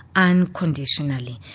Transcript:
unconditionally.